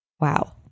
Wow